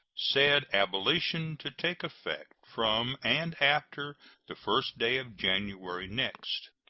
said abolition to take effect from and after the first day of january next